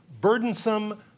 burdensome